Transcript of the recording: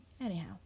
Anyhow